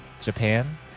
Japan